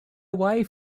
away